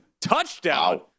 touchdown